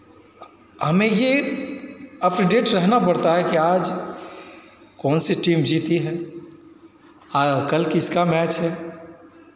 हमें ये up to date रहना पड़ता है कि आज कौन सी टीम जीती है और कल किसका मैच है